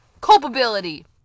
culpability